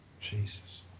Jesus